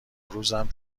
روزم